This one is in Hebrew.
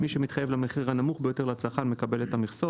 מי שמתחייב למחיר הנמוך ביותר לצרכן מקבל את המכסות.